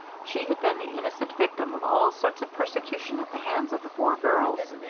she had been the innocent victim of all sorts of persecution at the hands of the four girls.